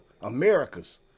America's